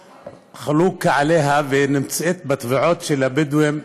שחלוקים עליה והיא נמצאת בתביעות של הבדואים,